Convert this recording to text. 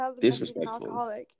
Disrespectful